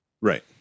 Right